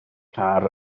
car